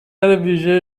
ویژه